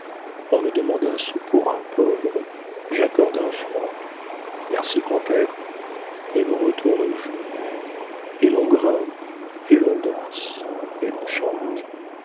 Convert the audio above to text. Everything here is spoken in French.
on me demande un sou pour un pauvre j'accorde un franc merci grand-père et l'on retourne au jeu et l'on grimpe et l'on danse et